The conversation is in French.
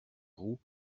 roux